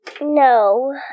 No